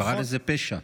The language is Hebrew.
הוא קרא לזה פשע.